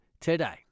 today